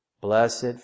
Blessed